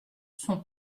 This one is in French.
son